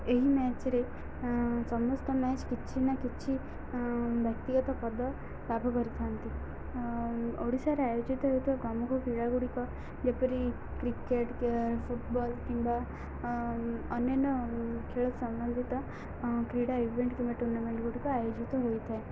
ଏହି ମ୍ୟାଚରେ ସମସ୍ତ ମ୍ୟାଚ୍ କିଛି ନା କିଛି ବ୍ୟକ୍ତିଗତ ପଦ ଲାଭ କରିଥାନ୍ତି ଓଡ଼ିଶାରେ ଆୟୋଜିତ ହେଉଥିବା ପ୍ରମୁଖ କ୍ରୀଡ଼ ଗୁଡ଼ିକ ଯେପରି କ୍ରିକେଟ ଫୁଟବଲ କିମ୍ବା ଅନ୍ୟାନ୍ୟ ଖେଳ ସମ୍ବନ୍ଧିତ କ୍ରୀଡ଼ା ଇଭେଣ୍ଟ କିମ୍ବା ଟୁର୍ଣ୍ଣାମେଣ୍ଟଗୁଡ଼ିକ ଆୟୋଜିତ ହୋଇଥାଏ